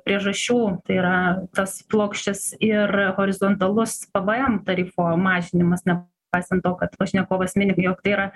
priežasčių tai yra tas plokščias ir horizontalus pvm tarifo mažinimas nepaisant to kad pašnekovas mini jog tai yra